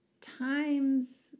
times